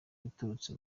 iturutse